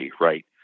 right